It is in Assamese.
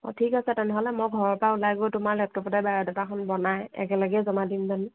অঁ ঠিক আছে তেনেহ'লে মই ঘৰৰ পৰা ওলাই গৈ তোমাৰ লেপটপতে বায়'ডাটাখন বনাই একেলগেই জমা দিম যাম